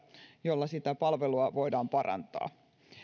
jolla palvelua voidaan parantaa